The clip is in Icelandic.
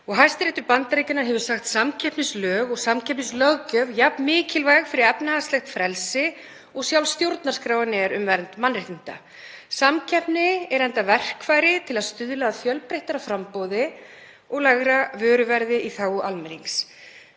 Hæstiréttur Bandaríkjanna hefur sagt samkeppnislög og samkeppnislöggjöf jafn mikilvæg fyrir efnahagslegt frelsi og sjálf stjórnarskráin er fyrir vernd mannréttinda. Samkeppni er enda verkfæri til að stuðla að fjölbreyttara framboði og lægra vöruverði í þágu almennings.